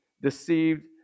deceived